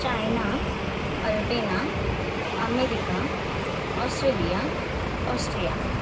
China Albania America Australia Austria